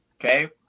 Okay